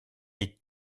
est